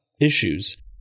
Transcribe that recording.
issues